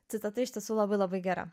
citata iš tiesų labai labai gera